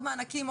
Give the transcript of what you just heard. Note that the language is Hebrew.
עוד מענקים,